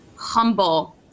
humble